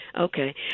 Okay